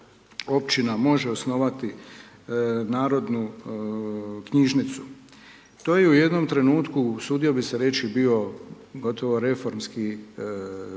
općina može osnovati narodnu knjižnicu. To je u jednom trenutku usudio bih se reći bio gotovo reformski